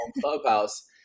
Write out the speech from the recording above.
Clubhouse